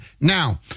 Now